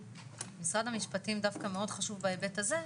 משרד המשפטים דווקא מאוד חשוב בהיבט הזה.